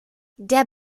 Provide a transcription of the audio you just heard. der